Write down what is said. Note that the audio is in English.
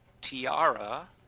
Tiara